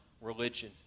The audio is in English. religion